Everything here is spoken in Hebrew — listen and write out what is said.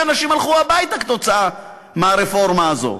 אנשים הלכו הביתה כתוצאה מהרפורמה הזאת.